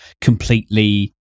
completely